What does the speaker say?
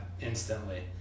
instantly